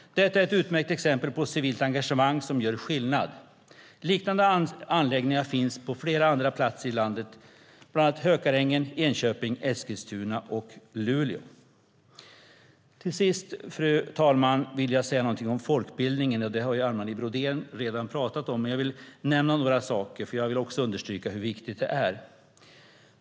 Detta är ett utmärkt exempel på civilt engagemang som gör skillnad. Liknande anläggningar finns på flera andra platser i landet, bland annat Hökarängen, Enköping, Eskilstuna och Luleå. Till sist, fru talman, vill jag säga något om folkbildningen. Det har Anne Marie Brodén redan pratat om, men jag vill nämna några saker, för jag vill också understryka hur viktigt detta är.